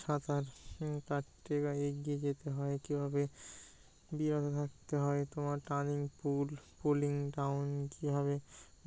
সাঁতার তার থেকে এগিয়ে যেতে হয় কী ভাবে বিরত থাকতে হয় তোমার টার্নিং পুল পোলিং ডাউন কী ভাবে